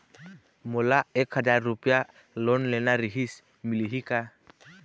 मोला एक हजार रुपया लोन लेना रीहिस, मिलही का?